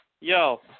Yo